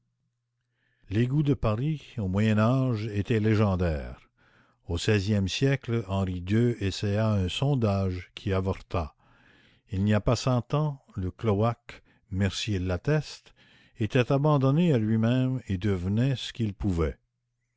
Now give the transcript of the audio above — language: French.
l'égout de paris au moyen âge était légendaire au seizième siècle henri ii essaya un sondage qui avorta il n'y a pas cent ans le cloaque mercier l'atteste était abandonné à lui-même et devenait ce qu'il pouvait